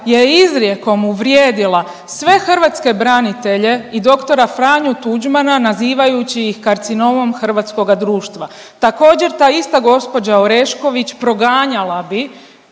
je izrijekom uvrijedila sve hrvatske branitelje i dr. Franju Tuđmana, nazivajući ih karcinomom hrvatskoga društva. Također ta ista gospođa Orešković proganjala bi